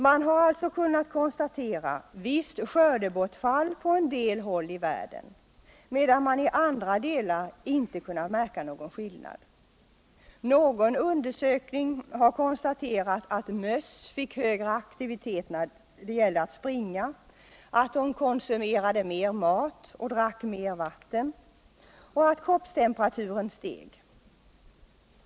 Man har exempelvis kunnat konstatera visst skördebortfall på en del håll i världen, medan man på andra håll inte kunnat märka någon skillnad i det avseendet. Någon undersökning har konstaterat att möss fick högre aktivitet när det gällde att springa, att de konsumerade mer mat och drack mer vatten och att kroppstemperaturen steg.